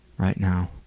right now.